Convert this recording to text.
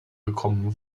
gekommen